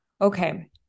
Okay